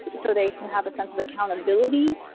so they can have a sense of accountability,